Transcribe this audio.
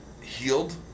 healed